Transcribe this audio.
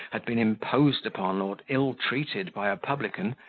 had been imposed upon or ill-treated by a publican,